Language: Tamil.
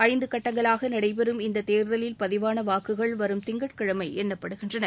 ஐந்து கட்டங்களாக நடைபெறும் இந்த தேர்தலில் பதிவான வாக்குகள் வரும் திங்கட்கிழமை எண்ணப்படுகின்றன